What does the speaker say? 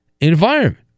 environment